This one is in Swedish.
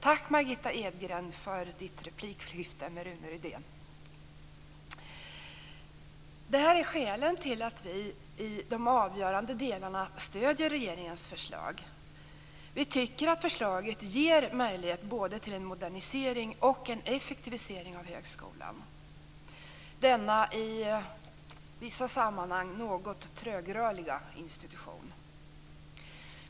Tack, Margitta Edgren, för ditt replikskifte med Rune Rydén! Detta är skälen till att vi i de avgörande delarna stöder regeringens förslag. Vi tycker att förslaget ger möjlighet både till en modernisering och en effektivisering av högskolan, denna i vissa sammanhang något trögrörliga institution.